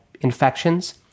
infections